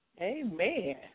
Amen